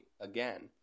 again